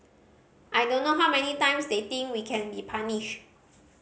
I don't know how many times they think we can be punished